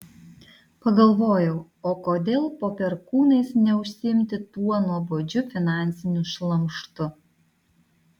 pagalvojau o kodėl po perkūnais neužsiimti tuo nuobodžiu finansiniu šlamštu